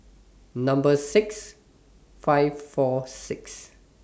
Number six five four six